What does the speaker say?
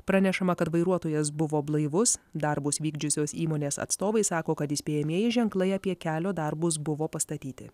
pranešama kad vairuotojas buvo blaivus darbus vykdžiusios įmonės atstovai sako kad įspėjamieji ženklai apie kelio darbus buvo pastatyti